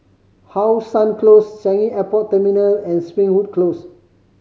How Sun Close Changi Airport Terminal and Springwood Close